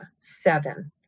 seven